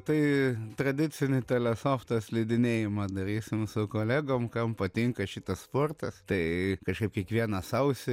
tai tradicinį telesofto slidinėjimą darysim su kolegom kam patinka šitas sportas tai kažkaip kiekvieną sausį